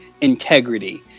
integrity